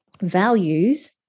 values